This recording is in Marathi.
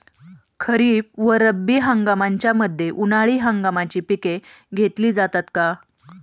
खरीप व रब्बी हंगामाच्या मध्ये उन्हाळी हंगामाची पिके घेतली जातात का?